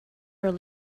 are